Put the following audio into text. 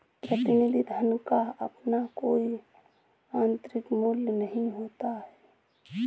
प्रतिनिधि धन का अपना कोई आतंरिक मूल्य नहीं होता है